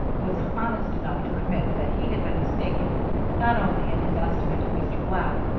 was honest enough to admit that he had been mistaken not only in his estimate of mr. black,